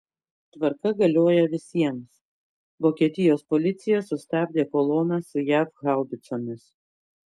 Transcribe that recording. tvarka galioja visiems vokietijos policija sustabdė koloną su jav haubicomis